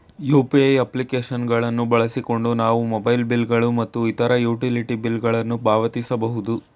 UPI application ಗಳನ್ನು ಬಳಸಿಕೊಂಡು ನಾವು ಮೊಬೈಲ್ ಬಿಲ್ ಗಳು ಮತ್ತು ಇತರ ಯುಟಿಲಿಟಿ ಬಿಲ್ ಗಳನ್ನು ಪಾವತಿಸಬಹುದು